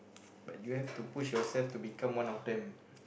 but you have to push yourself to become one of them